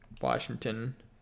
Washington